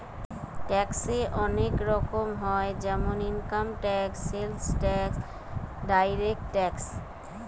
ট্যাক্সে অনেক রকম হয় যেমন income tax, sales tax, direct tax